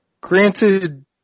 Granted